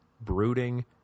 brooding